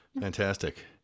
Fantastic